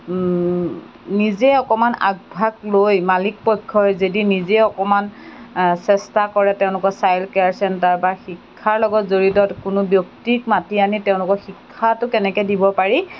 নিজেই অকণমান আগভাগ লৈ মালিকপক্ষই যদি নিজেই অকণমান চেষ্টা কৰে তেওঁলোকে চাইন্ড কেয়াৰ চেণ্টাৰ বা শিক্ষাৰ লগত জড়িত কোনো ব্যক্তিক মাতি আনি তেওঁলোকৰ শিক্ষাটো কেনেকৈ দিব পাৰি